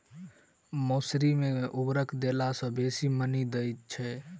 मसूरी मे केँ उर्वरक देला सऽ बेसी मॉनी दइ छै?